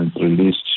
released